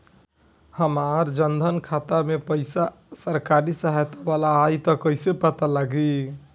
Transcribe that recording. हमार जन धन खाता मे पईसा सरकारी सहायता वाला आई त कइसे पता लागी?